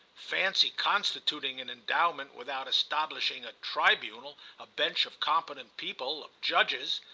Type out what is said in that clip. fancy constituting an endowment without establishing a tribunal a bench of competent people, of judges.